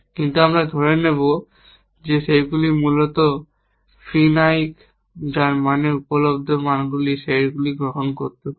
কিন্তু আমরা ধরে নেব যে সেগুলি মূলত ফিনাইনিক যার মানে উপলব্ধ মানগুলির সেটগুলি গ্রহণ করতে পারে